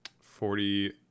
forty